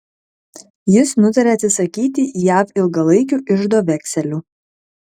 jis nutarė atsisakyti jav ilgalaikių iždo vekselių